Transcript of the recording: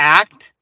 act